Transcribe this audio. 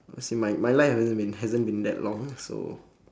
uh see my my life hasn't been hasn't been that long so